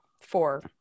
four